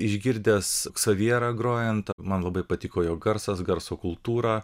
išgirdęs ksavierą grojant man labai patiko jo garsas garso kultūra